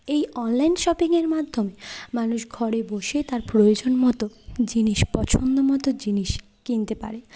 এই online shopping এর মাধ্যমে মানুষ ঘরে বসে তার প্রয়োজন মতো জিনিস পছন্দমতো জিনিস কিনতে পারে